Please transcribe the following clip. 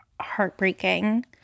heartbreaking